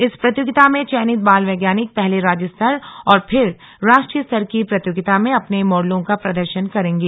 इस प्रतियोगिता में चयनित बाल वैज्ञानिक पहले राज्य स्तर और फिर राष्ट्रीय स्तर की प्रतियोगिता में अपने मॉडलों का प्रदर्शन करेंगे